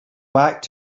back